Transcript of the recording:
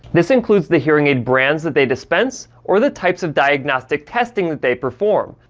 this includes the hearing aid brands that they dispense, or the types of diagnostic testing that they perform.